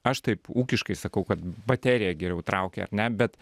aš taip ūkiškai sakau kad baterija geriau traukia ar ne bet